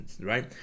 right